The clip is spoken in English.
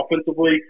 offensively